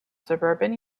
suburban